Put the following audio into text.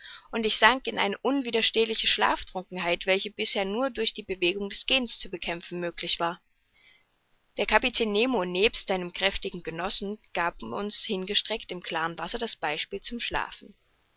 und ich sank in eine unwiderstehliche schlaftrunkenheit welche bisher nur durch die bewegung des gehens zu bekämpfen möglich war der kapitän nemo nebst seinem kräftigen genossen gaben uns hingestreckt im klaren wasser das beispiel zum schlafen